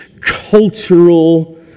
cultural